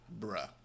Bruh